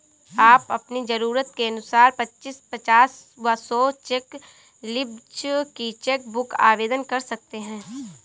आप अपनी जरूरत के अनुसार पच्चीस, पचास व सौ चेक लीव्ज की चेक बुक आवेदन कर सकते हैं